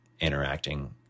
interacting